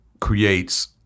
creates